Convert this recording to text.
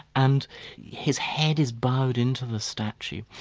and his head is bowed into the statue.